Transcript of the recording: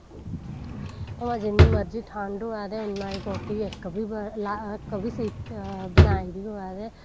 भामैं जिन्नी मर्जी ठंड होऐ ते उन्ना दा को़ट्टी इक्क बी लाई दी बनाई दी होऐ ते